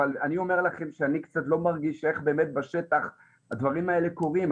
אבל אני אומר לכם שאני קצת לא מרגיש איך באמת בשטח הדברים האלה קורים.